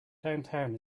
downtown